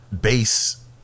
base